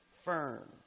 firm